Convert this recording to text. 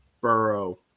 Burrow